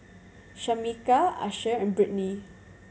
Shameka Asher and Brittany